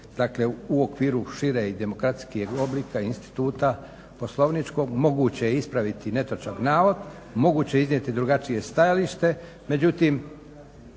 dakle u okviru šire i demokracijskog oblika instituta poslovničkog moguće je ispraviti netočan navod, moguće je iznijeti drugačije stajalište. Međutim